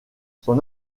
son